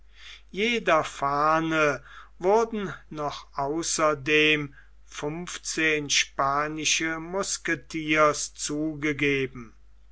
jeder fahne wurden noch außerdem fünfzehn spanische musketiers zugegeben